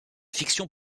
fictions